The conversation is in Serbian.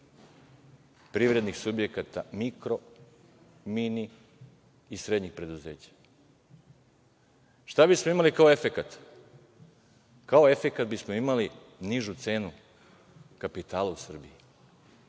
privrednih subjekata, mikro, mini i srednjih preduzeća? Šta bismo imali kao efekat? Kao efekat bismo imali nižu cenu kapitala u Srbiji